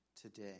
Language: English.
today